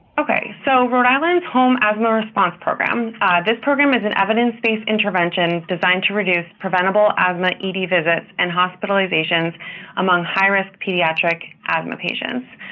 okay, so rhode island's home asthma response program this program is an evidence-based intervention designed to reduce preventable asthma ed visits and hospitalizations among high-risk pediatric asthma patients.